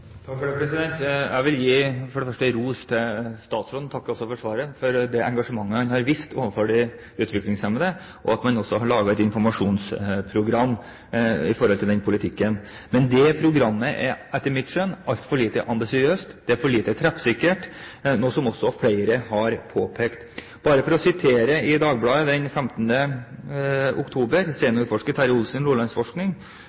for det første for svaret og vil gi ros til statsråden for det engasjementet han har vist overfor de utviklingshemmede, og for at man også har laget et informasjonsprogram for denne politikken. Men det programmet er etter mitt skjønn altfor lite ambisiøst. Det er for lite treffsikkert, noe også flere har påpekt. Jeg vil sitere fra Dagbladet den 15. oktober,